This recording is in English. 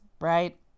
right